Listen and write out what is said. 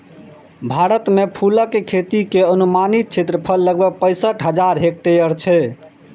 भारत मे फूलक खेती के अनुमानित क्षेत्रफल लगभग पैंसठ हजार हेक्टेयर छै